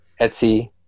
Etsy